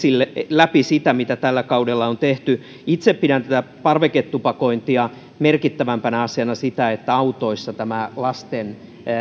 läpi sitä mitä tällä kaudella on tehty itse pidän parveketupakointia merkittävämpänä asiana sitä että autoissa lasten